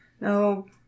No